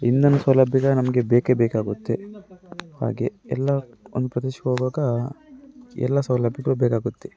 ಇಂಧನ ಸೌಲಭ್ಯಗಳು ನಮಗೆ ಬೇಕೇ ಬೇಕಾಗುತ್ತೆ ಹಾಗೇ ಎಲ್ಲ ಒಂದು ಪ್ರದೇಶಕ್ಕೆ ಹೋಗುವಾಗ ಎಲ್ಲ ಸೌಲಭ್ಯಗಳು ಬೇಕಾಗುತ್ತೆ